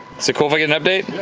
so cool if i get an update?